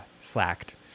slacked